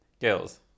Gills